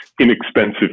inexpensive